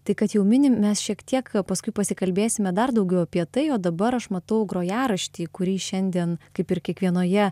tai kad jau minim mes šiek tiek paskui pasikalbėsime dar daugiau apie tai o dabar aš matau grojaraštį kurį šiandien kaip ir kiekvienoje